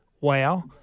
Wow